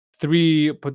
three